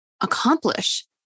accomplish